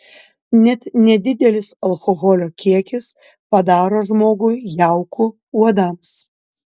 net nedidelis alkoholio kiekis padaro žmogų jauku uodams